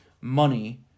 money